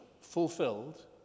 fulfilled